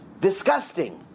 disgusting